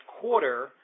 quarter